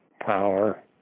power